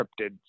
encrypted